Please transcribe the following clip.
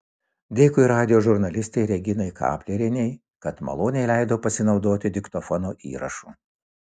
dėkui radijo žurnalistei reginai kaplerienei kad maloniai leido pasinaudoti diktofono įrašu